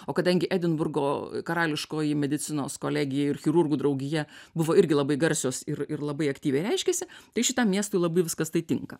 o kadangi edinburgo karališkoji medicinos kolegija ir chirurgų draugija buvo irgi labai garsios ir ir labai aktyviai reiškiasi tai šitam miestui labai viskas tai tinka